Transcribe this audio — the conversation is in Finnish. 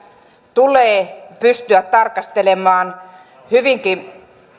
tulee pystyä tarkastelemaan hyvinkin